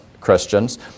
Christians